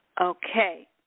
Okay